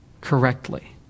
correctly